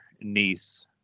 niece